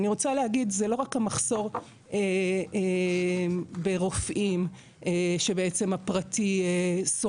ואני רוצה להגיד זה לא רק מחסור ברופאים שבעצם הפרטי סוחב.